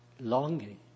longing